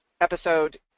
episode